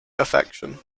affection